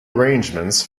arrangements